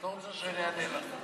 את לא רוצה שאני אענה לך.